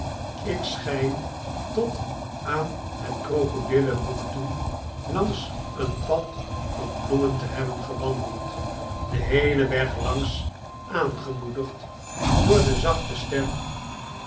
ik schijn tot aan het krokodillenboek toe langs een pad van bloemen te hebben gewandeld den heelen weg langs aangemoedigd door de zachte stem